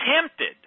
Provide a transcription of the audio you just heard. tempted